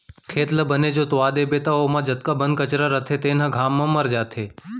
खेत ल बने जोतवा देबे त ओमा जतका बन कचरा रथे तेन ह घाम म मर जाथे